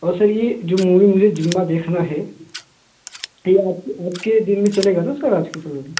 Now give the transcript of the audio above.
और यह सर जो मूवी मुझे ज़िम्मा देखना है तो आपके आपके दिन में चलेगा ना सर आज के समय में